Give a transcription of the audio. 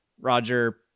Roger